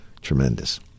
Tremendous